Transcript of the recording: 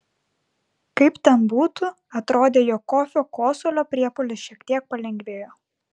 kaip ten būtų atrodė jog kofio kosulio priepuolis šiek tiek palengvėjo